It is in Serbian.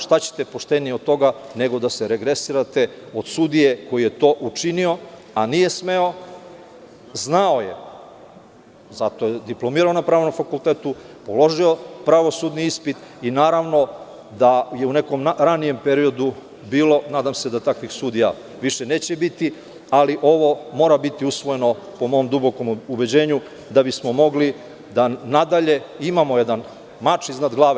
Šta ćete poštenije od toga, nego da se regresirate od sudije koji je to učinio, a nije smeo, znao je, zato je diplomirao na pravnom fakultetu, položio pravosudni ispit i naravno da je u nekom ranijem periodu bilo, a nadam se da takvih sudija neće više biti, ali ovo mora biti usvojeno po mom dubokom ubeđenju da bismo mogli da nadalje imamo jedan mač iznad glave.